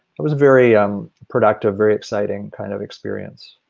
it was very um productive, very exciting kind of experience.